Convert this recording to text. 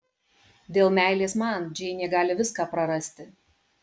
dėl meilės man džeinė gali viską prarasti